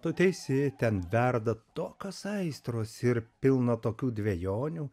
tu teisi ten verda tokios aistros ir pilna tokių dvejonių